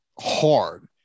hard